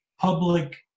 public